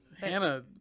Hannah